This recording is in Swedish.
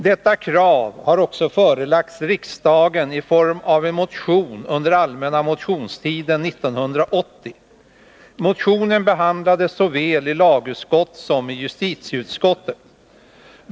Detta krav har också förelagts riksdagen i form av en motion, som avgavs under den allmänna motionstiden 1980. Motionen behandlades såväl i lagutskottet som i justitieutskottet.